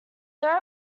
there